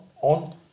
on